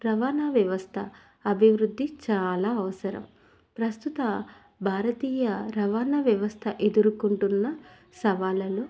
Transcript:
రవాణా వ్యవస్థ అభివృద్ధి చాలా అవసరం ప్రస్తుత భారతీయ రవాణా వ్యవస్థ ఎదుర్కొంటున్న సవాళ్లలో